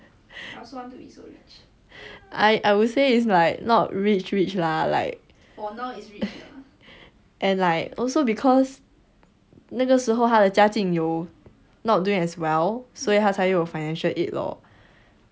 I I would say it's like not rich rich lah like and like also because 那个时候他的家境有 not doing as well 所以他才有 financial aid lor